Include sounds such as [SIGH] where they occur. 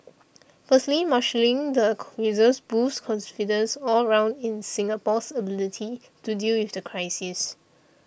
firstly marshalling the [NOISE] reserves boosts confidence all round in Singapore's ability to deal with the crisis